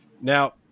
Now